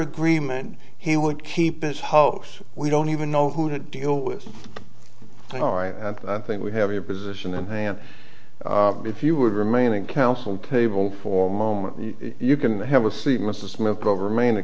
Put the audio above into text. agreement he would keep his house we don't even know who to deal with i think we have your position in hand if you were to remain in counsel table for a moment you can have a seat mr smith over main